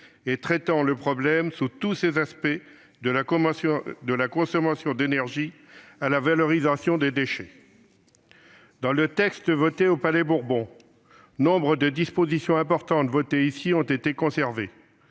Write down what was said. traitant le problème sous tous ses aspects, de la consommation d'énergie à la valorisation des déchets. Dans le texte voté par le Palais Bourbon, nombre de dispositions importantes adoptées ici ont été conservées.